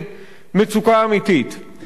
ובשכונות הדרום של תל-אביב,